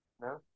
No